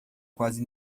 quase